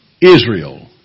Israel